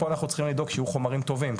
פה אחנו צריכים לדאוג שיהיו חומרים טובים,